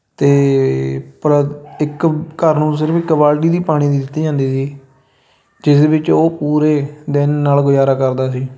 ਅਤੇ ਪਰਾ ਇੱਕ ਘਰ ਨੂੰ ਸਿਰਫ਼ ਇੱਕ ਬਾਲਟੀ ਦੀ ਪਾਣੀ ਦੀ ਦਿੱਤੀ ਜਾਂਦੀ ਸੀ ਜਿਸ ਵਿੱਚ ਉਹ ਪੂਰੇ ਦਿਨ ਨਾਲ ਗੁਜ਼ਾਰਾ ਕਰਦਾ ਸੀ